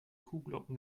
kuhglocken